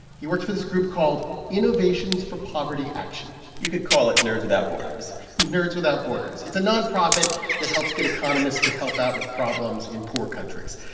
works for this group called innovations for poverty action you could call it nerds without borders nerds without borders it's a nonprofit that helps get economists to help out with problems in poor countries.